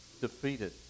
defeated